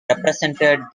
represented